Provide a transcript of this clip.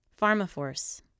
PharmaForce